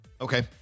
Okay